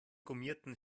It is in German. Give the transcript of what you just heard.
gummierten